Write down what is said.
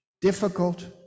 difficult